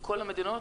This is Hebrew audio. בכל המדינות,